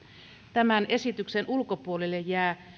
tämän esityksen ulkopuolelle jää